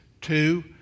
two